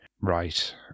right